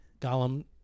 Gollum